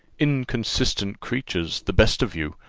inconsistent creatures, the best of you!